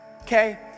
Okay